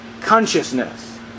consciousness